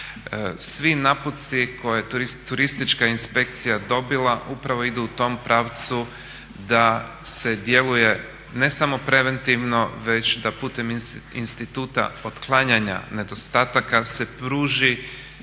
Svi naputci koje je turistička inspekcija dobila upravo idu u tom pravcu da se djeluje ne samo preventivno već da putem instituta otklanjanja nedostataka se pruži